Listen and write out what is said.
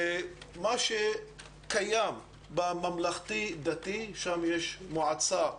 למה שקיים בממלכתי דתי, שם יש מועצה פדגוגית,